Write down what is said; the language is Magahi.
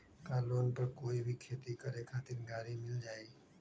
का लोन पर कोई भी खेती करें खातिर गरी मिल जाइ?